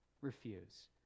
refuse